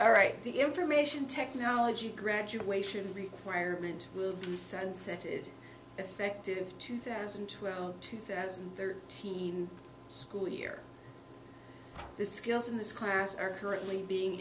all right the information technology graduation requirement will be sensitive effective two thousand and twelve two thousand and thirteen school year the skills in this class are currently being